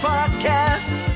Podcast